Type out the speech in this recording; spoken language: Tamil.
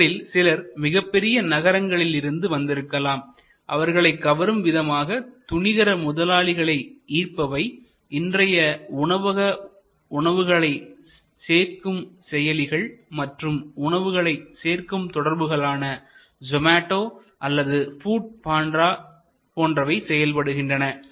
இவர்களில் சிலர் மிகப்பெரிய நகரங்களில் இருந்து வந்திருக்கலாம் அவர்களை கவரும் விதமாக துணிகர முதலாளிகளை ஈர்ப்பவை இன்றைய உணவக உணவுகளை சேர்க்கும் செயலிகள் மற்றும் உணவுகளை சேர்க்கும் தொடர்புகள் ஆன சோமடோ அல்லது ஃபுட் பாண்டா போன்றவை செயல்படுகின்றன